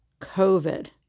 COVID